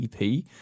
EP